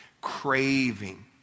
craving